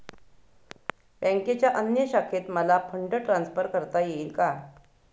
बँकेच्या अन्य शाखेत मला फंड ट्रान्सफर करता येईल का?